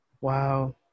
wow